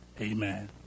Amen